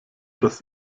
das